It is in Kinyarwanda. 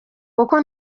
kuko